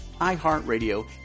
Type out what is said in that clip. iHeartRadio